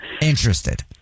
interested